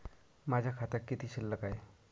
माझ्या खात्यात किती शिल्लक आहे?